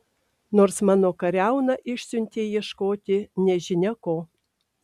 nors mano kariauną išsiuntei ieškoti nežinia ko